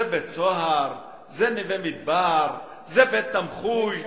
זה בית-סוהר, זה נווה-מדבר, זה בית-תמחוי?